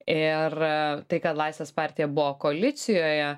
ir tai kad laisvės partija buvo koalicijoje